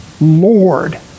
Lord